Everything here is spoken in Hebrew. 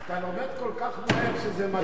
אתה לומד כל כך מהר שזה מדהים.